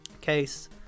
case